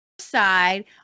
side